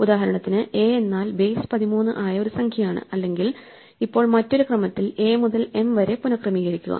ഉദാഹരണത്തിന് എ എന്നാൽ ബേസ് 13 ആയ ഒരു സംഖ്യ ആണ് അല്ലെങ്കിൽ ഇപ്പോൾ മറ്റൊരു ക്രമത്തിൽ a മുതൽ m വരെ പുനക്രമീകരിക്കുക